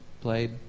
Played